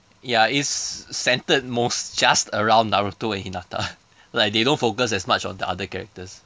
ya it's centered most just around naruto and hinata like they don't focus as much on the other characters